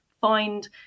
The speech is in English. find